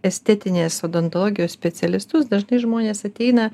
estetinės odontologijos specialistus dažnai žmonės ateina